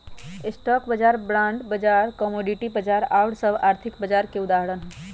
stock बाजार, bond बाजार, commodity बाजार आउर सभ आर्थिक बाजार के उदाहरण हइ